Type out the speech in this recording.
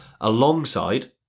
alongside